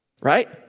right